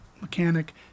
mechanic